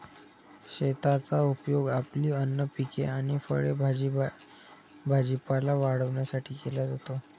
शेताचा उपयोग आपली अन्न पिके आणि फळे आणि भाजीपाला वाढवण्यासाठी केला जातो